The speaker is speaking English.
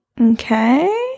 Okay